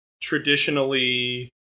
traditionally